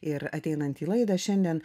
ir ateinant į laidą šiandien